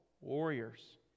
warriors